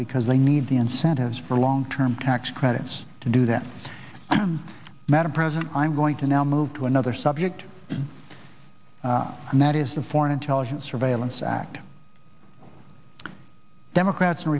because they need the incentives for long term tax credits to do that i don't matter present i'm going to now move to another subject and that is the foreign intelligence surveillance act democrats and